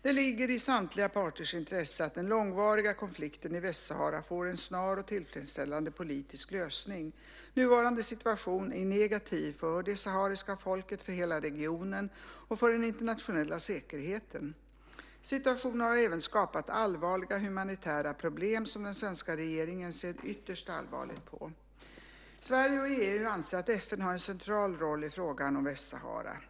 Det ligger i samtliga parters intresse att den långvariga konflikten i Västsahara får en snar och tillfredsställande politisk lösning. Nuvarande situation är negativ för det sahariska folket, för hela regionen och för den internationella säkerheten. Situationen har även skapat allvarliga humanitära problem som den svenska regeringen ser ytterst allvarligt på. Sverige och EU anser att FN har en central roll i fråga om Västsahara.